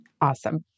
Awesome